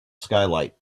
skylight